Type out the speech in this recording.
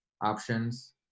options